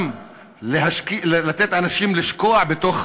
גם לתת לאנשים לשקוע בתוך